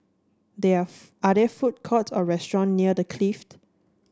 there are are there food courts or restaurant near The Clift